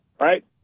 right